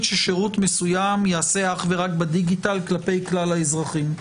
ששירות מסוים ייעשה אך ורק בדיגיטל כלפי כלל האזרחים.